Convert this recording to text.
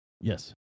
Yes